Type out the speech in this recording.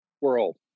World